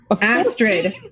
Astrid